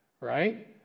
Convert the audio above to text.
right